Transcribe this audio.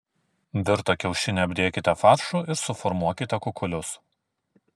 virtą kiaušinį apdėkite faršu ir suformuokite kukulius